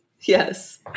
Yes